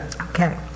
Okay